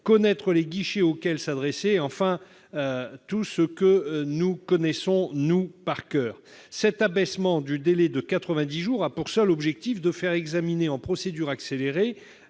connaître les guichets auxquels s'adresser- bref, tout ce que nous connaissons, nous, par coeur ! Cet abaissement du délai à 90 jours a pour seul objectif de faire examiner en procédure accélérée